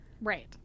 right